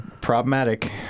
problematic